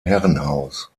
herrenhaus